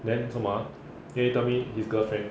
then 什么 ah then he tell me his girlfriend